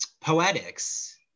poetics